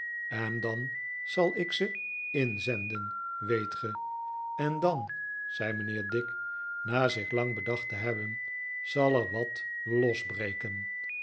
en dan zal ik ze inzenden weet ge en dan zei mijnheer dick na zich lang bedacht te hebben zal er wat losbreken